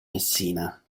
messina